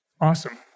awesome